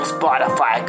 Spotify